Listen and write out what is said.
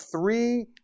three